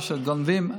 או שגונבים,